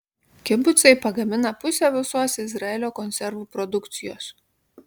kibucai pagamina pusę visos izraelio konservų produkcijos